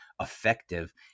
effective